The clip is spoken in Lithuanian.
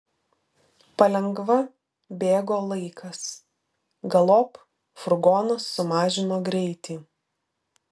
palengva bėgo laikas galop furgonas sumažino greitį